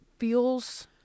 feels